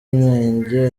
inenge